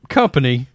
company